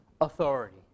authority